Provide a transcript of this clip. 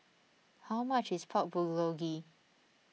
how much is Pork Bulgogi